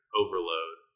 overload